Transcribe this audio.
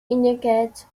included